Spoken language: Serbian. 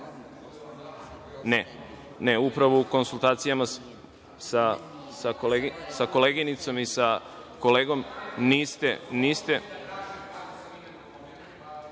upravo u konsultacijama sa koleginicom i kolegom, niste